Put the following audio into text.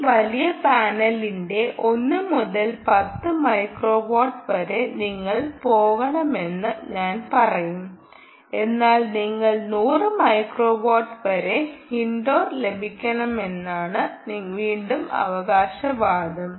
ഈ വലിയ പാനലിന്റെ 1 മുതൽ 10 മൈക്രോവാട്ട് വരെ നിങ്ങൾ പോകണമെന്ന് ഞാൻ പറയും എന്നാൽ നിങ്ങൾ 100 മൈക്രോവാട്ട് വരെ ഇൻഡോർ ലഭിക്കണമെന്നാണ് വീണ്ടും അവകാശവാദം